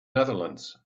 netherlands